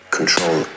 Control